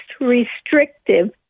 restrictive